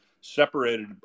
separated